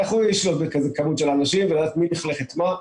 איך הוא ישלוט בכזאת כמות של אנשים ומי מלכלך מה?